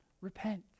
repent